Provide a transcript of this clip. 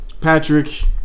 Patrick